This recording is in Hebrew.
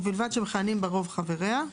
ובלבד שמכהנים בה רוב חבריה.